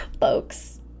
folks